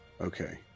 Okay